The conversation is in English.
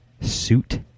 suit